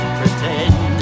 pretend